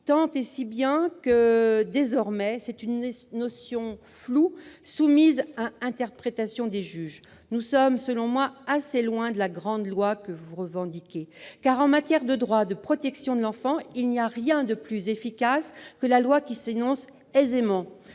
tant et si bien qu'elle est devenue floue et qu'elle est désormais soumise à l'interprétation des juges. Nous sommes, selon moi, assez loin de la grande loi que vous revendiquez. En matière de droits et de protection de l'enfant, il n'y a rien de plus efficace que la loi qui s'énonce aisément